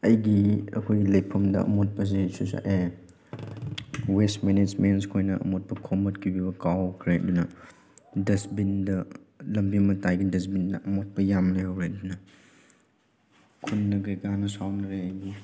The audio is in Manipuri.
ꯑꯩꯒꯤ ꯑꯩꯈꯣꯏꯒꯤ ꯂꯩꯐꯝꯗ ꯑꯃꯣꯠꯄꯁꯦ ꯋꯦꯁ ꯃꯦꯅꯦꯁꯃꯦꯟꯁꯈꯣꯏꯅ ꯑꯃꯣꯠꯄ ꯈꯣꯝꯃꯠꯀꯤꯕꯤꯕ ꯀꯥꯎꯈ꯭ꯔꯦ ꯑꯗꯨꯅ ꯗꯁꯕꯤꯟꯗ ꯂꯝꯕꯤ ꯃꯇꯥꯏꯒꯤ ꯗꯁꯕꯤꯟꯗ ꯑꯃꯣꯠꯄ ꯌꯥꯝ ꯂꯩꯍꯧꯔꯦ ꯑꯗꯨꯅ ꯈꯨꯟꯅ ꯀꯩꯀꯥꯅ ꯁꯥꯎꯅꯔꯦ ꯑꯩꯕꯨ